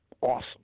awesome